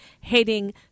hating